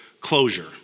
closure